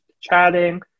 chatting